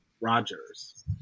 Rogers